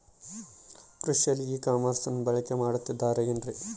ಕೃಷಿಯಲ್ಲಿ ಇ ಕಾಮರ್ಸನ್ನ ಬಳಕೆ ಮಾಡುತ್ತಿದ್ದಾರೆ ಏನ್ರಿ?